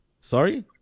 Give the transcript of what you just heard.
Sorry